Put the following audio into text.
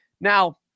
Now